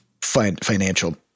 financial